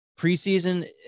Preseason